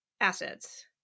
assets